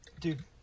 Dude